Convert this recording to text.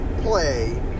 play